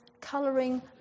colouring